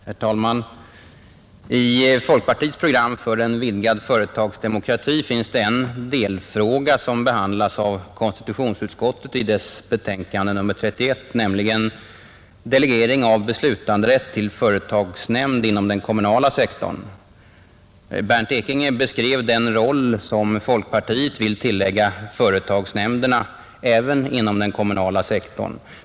Herr talman! I folkpartiets program för en vidgad företagsdemokrati finns en delfråga som behandlas av konstitutionsutskottet i dess betänkande nr 31, nämligen delegering av beslutanderätt till företagsnämnd inom den kommunala sektorn. Herr Bernt Ekinge beskrev den roll folkpartiet vill tillägga företagsnämnderna även inom den kommunala sektorn.